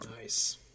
Nice